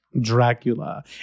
Dracula